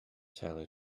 telly